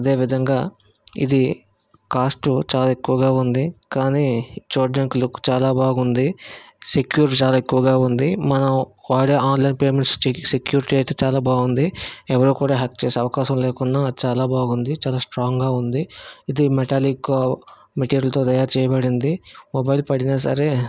అదే విధంగా ఇది కాస్టూ చాల ఎక్కువుగా ఉంది కానీ చూడడానికి లుక్ చాలా బాగుంది సెక్యూర్ చాలా ఎక్కువుగా ఉంది మనం వాడే ఆన్లైన్ పేమెంట్స్ సెక్యూరిటీ అయితే చాలా బాగుంది ఎవరు కూడా హ్యాక్ చేసే అవకాశం లేకుండా చాలా బాగుంది చాలా స్ట్రాంగ్గా ఉంది మెటాలిక్ మెటీరియల్తో తయారుచేయబడింది మొబైల్ పడిన సరే